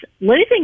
losing